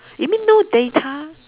you mean no data